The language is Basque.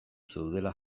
zeudela